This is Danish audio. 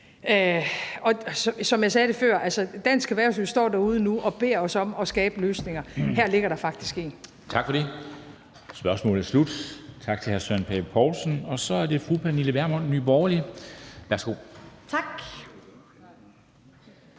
Som jeg sagde det før: Dansk erhvervsliv står derude nu og beder os om at skabe løsninger. Her ligger der faktisk en. Kl. 13:53 Formanden (Henrik Dam Kristensen): Tak for det. Spørgsmålet er slut. Tak til hr. Søren Pape Poulsen. Så er det fru Pernille Vermund, Nye Borgerlige. Værsgo. Kl.